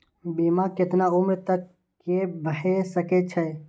बीमा केतना उम्र तक के भे सके छै?